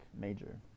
major